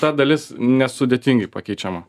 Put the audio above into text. ta dalis nesudėtingai pakeičiama